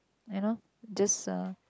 I know just